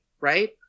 Right